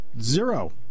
Zero